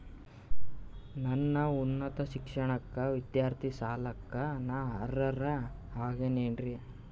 ನನ್ನ ಉನ್ನತ ಶಿಕ್ಷಣಕ್ಕ ವಿದ್ಯಾರ್ಥಿ ಸಾಲಕ್ಕ ನಾ ಅರ್ಹ ಆಗೇನೇನರಿ?